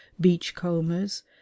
beachcombers